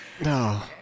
No